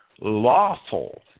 lawful